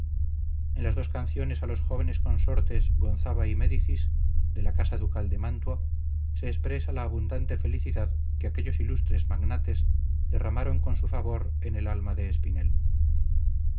en las dos canciones a los jóvenes consortes gonzaga y médicis de la casa ducal de mantua se expresa la abundante felicidad que aquellos ilustres magnates derramaron con su favor en el alma de espinel